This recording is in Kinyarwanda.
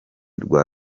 rwa